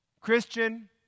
Christian